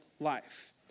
life